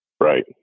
Right